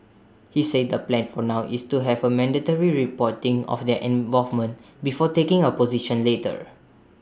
he said the plan for now is to have A mandatory reporting of their involvement before taking A position later